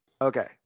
okay